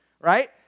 right